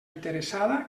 interessada